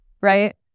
right